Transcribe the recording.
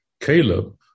Caleb